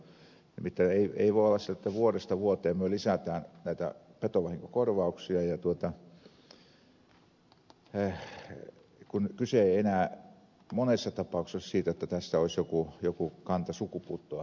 nimittäin ei voi olla sillä tavalla jotta vuodesta vuoteen me lisäämme näitä petovahinkokorvauksia kun kyse ei enää monessa tapauksessa ole siitä jotta tässä olisi joku kanta sukupuuttoon häviämässä